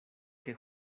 que